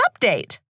update